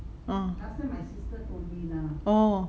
uh orh